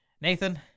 Nathan